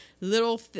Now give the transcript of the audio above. little